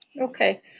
Okay